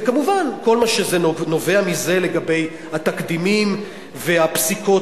וכמובן כל מה שנובע מזה לגבי התקדימים והפסיקות